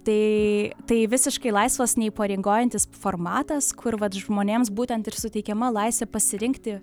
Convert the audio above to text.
tai tai visiškai laisvas neįpareigojantis formatas kur vat žmonėms būtent ir suteikiama laisvė pasirinkti